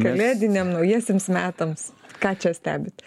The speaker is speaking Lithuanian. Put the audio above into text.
kalėdinėm naujiesiems metams ką čia stebit